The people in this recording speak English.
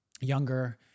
younger